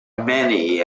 many